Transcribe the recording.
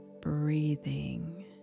breathing